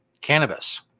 cannabis